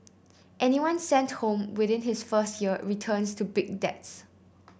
anyone sent home within his first year returns to big debts